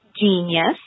genius